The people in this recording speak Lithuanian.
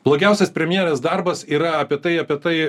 blogiausias premjerės darbas yra apie tai apie tai